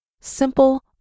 Simple